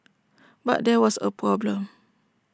but there was A problem